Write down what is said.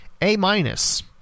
A-minus